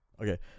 Okay